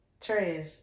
trash